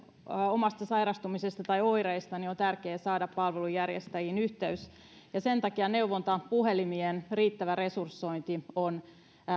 omasta sairastumisesta tai oireista on tärkeää saada palvelunjärjestäjiin yhteys sen takia neuvontapuhelimien riittävä resursointi on